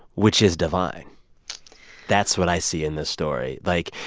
which is divine that's what i see in this story. like,